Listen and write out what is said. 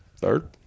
Third